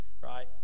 right